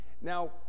Now